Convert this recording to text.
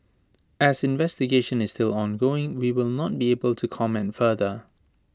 as investigation is still ongoing we will not be able to comment further